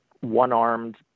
one-armed